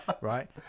Right